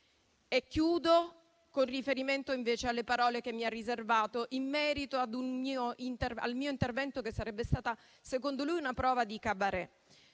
Concludo con un riferimento, invece, alle parole che mi ha riservato in merito al mio intervento che sarebbe stato, secondo lui, una prova di *cabaret*.